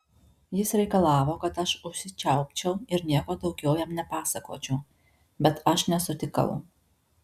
jis reikalavo kad aš užsičiaupčiau ir nieko daugiau jam nepasakočiau bet aš nesutikau